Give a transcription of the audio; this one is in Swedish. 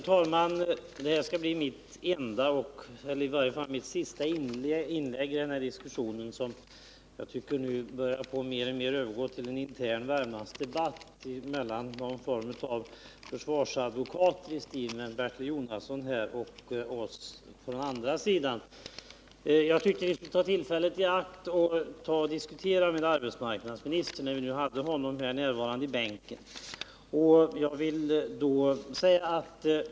Herr talman! Detta skall bli mitt sista inlägg i denna diskussion, som jag tycker nu börjar mer och mer övergå till en intern Värmlandsdebatt mellan Bertil Jonasson som någon sorts försvarsadvokat och oss på den andra sidan. Jag vill ta tillfället i akt att diskutera med arbetsmarknadsministern, när vi nu har honom närvarande i bänken.